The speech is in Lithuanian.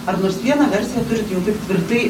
ar nors vieną versiją turit jau taip tvirtai